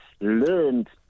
learned